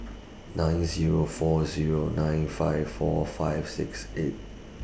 nine Zero four Zero nine five four five six eight